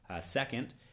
Second